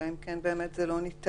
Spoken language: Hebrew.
אלא אם זה לא ניתן.